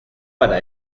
para